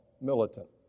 militant